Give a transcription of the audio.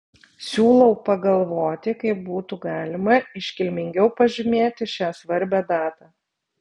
siūlau pagalvoti kaip būtų galima iškilmingiau pažymėti šią svarbią datą